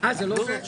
אלה הילדים שלנו.